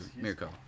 Mirko